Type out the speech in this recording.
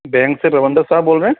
bank से साहब बोल रहे हैं